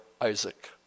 Isaac